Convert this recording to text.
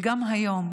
וגם היום